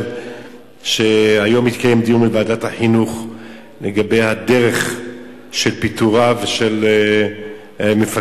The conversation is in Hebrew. היום התקיים דיון בוועדת החינוך לגבי דרך פיטוריו של מפקד